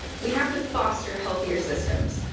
we have to foster healthier systems.